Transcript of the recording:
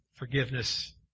Forgiveness